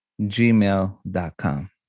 gmail.com